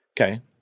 Okay